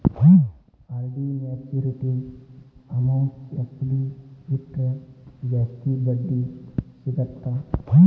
RD maturity amount FD ಇಟ್ರ ಜಾಸ್ತಿ ಬಡ್ಡಿ ಸಿಗತ್ತಾ